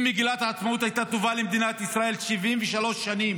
אם מגילת העצמאות הייתה טובה למדינת ישראל 73 שנים,